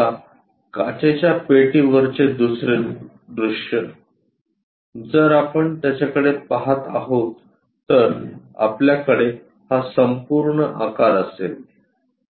आता काचेच्या पेटी वरचे दुसरे दृश्य जर आपण त्याच्याकडे पाहत आहोत तर आपल्याकडे हा संपूर्ण आकार असेल